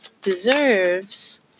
deserves